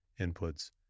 inputs